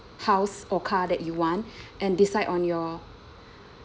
house or car that you want and decide on your